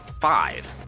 five